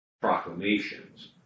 proclamations